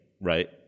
right